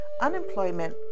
unemployment